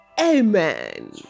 Amen